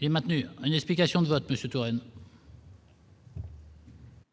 Et maintenu une explication de vote Monsieur Touraine.